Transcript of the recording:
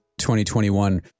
2021